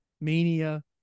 Mania